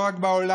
לא רק בעולם,